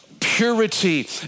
purity